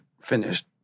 finished